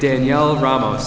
danielle ram